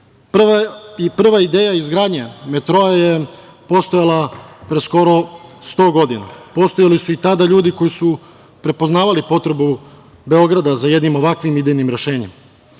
ideja izgradnje metroa je postojala pre skoro 100 godina. Postojali su i tada ljudi koji su prepoznavali potrebu Beograda za jednim ovakvih idejnim rešenjem.